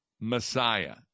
Messiah